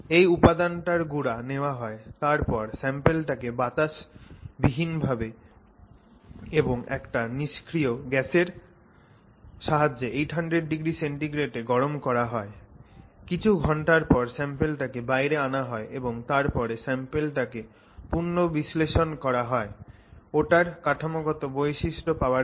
এই উপাদানটার গুঁড়া নেওয়া হয় তারপর স্যাম্পলেটাকে বাতাস বিহীন ভাবে এবং একটা নিস্ক্রিয় গ্যাসের সাহায্যে 800oC তে গরম করা হয় কিছু ঘণ্টার পর স্যাম্পলটাকে বাইরে আনা হয় তারপর স্যাম্পলটাকে পুনঃ বিশ্লেষণ করা হয় ওটার কাঠামোগত বৈশিষ্ট্য পাওয়ার জন্য